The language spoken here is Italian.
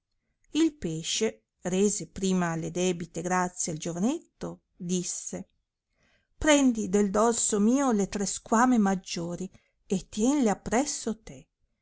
il pesce rese prima le debite grazie al giovanetto disse prendi del dorso mio le tre squamine maggiori e tienle appresso te